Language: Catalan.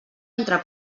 entre